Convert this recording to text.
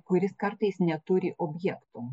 kuris kartais neturi objekto